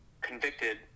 convicted